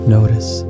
Notice